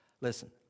Listen